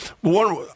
one